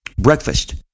breakfast